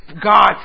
God